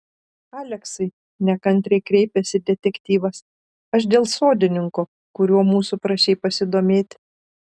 aleksai nekantriai kreipėsi detektyvas aš dėl sodininko kuriuo mūsų prašei pasidomėti